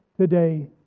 today